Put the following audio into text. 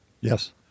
Yes